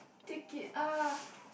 take it ah